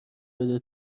بده